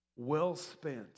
well-spent